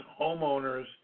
homeowners